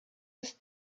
ist